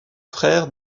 frère